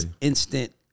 instant